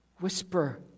whisper